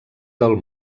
del